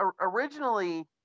originally